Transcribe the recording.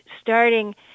Starting